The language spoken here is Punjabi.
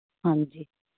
ਹਾਂਜੀ